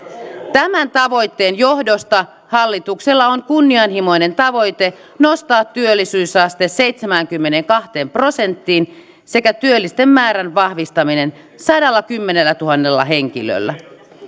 tämän tavoitteen johdosta hallituksella on kunnianhimoinen tavoite nostaa työllisyysaste seitsemäänkymmeneenkahteen prosenttiin sekä työllisten määrän vahvistaminen sadallakymmenellätuhannella henkilöllä